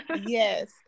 yes